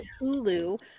Hulu